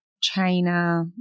China